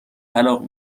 طلاق